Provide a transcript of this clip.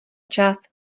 část